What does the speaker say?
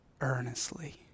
earnestly